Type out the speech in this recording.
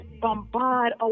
bombard